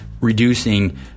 reducing